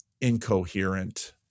incoherent